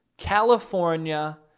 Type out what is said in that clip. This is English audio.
California